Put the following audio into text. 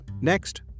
Next